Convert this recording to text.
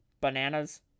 bananas